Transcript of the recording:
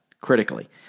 critically